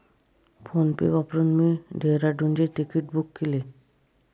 PhonePe वापरून मी डेहराडूनचे तिकीट बुक केले